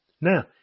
Now